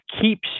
keeps